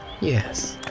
Yes